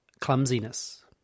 clumsiness